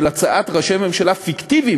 של הצעת ראשי ממשלה פיקטיביים,